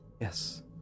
yes